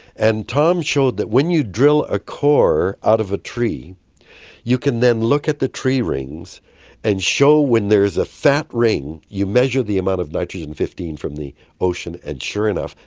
and tom showed that when you drill a core out of a tree you can then look at the tree rings and show when there is a fat ring you measure the amount of nitrogen fifteen from the ocean, and sure enough,